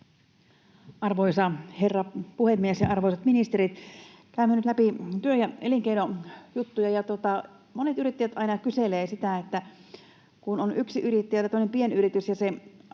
Arvoisa herra puhemies ja arvoisat ministerit! Käymme nyt läpi työ- ja elinkeinojuttuja, ja monet yrittäjät aina kyselevät siitä, että kun on yksinyrittäjä, tämmöinen pienyritys, ja aikoo